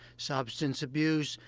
substance abuse,